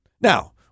Now